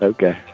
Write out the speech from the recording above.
Okay